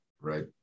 Right